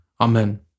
Amen